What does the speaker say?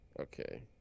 Okay